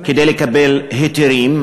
כדי לקבל היתרים,